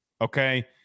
okay